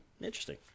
interesting